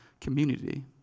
community